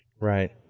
Right